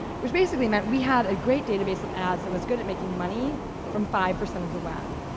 which basically meant we had a great database of ads that was good at making money from five percent of the web.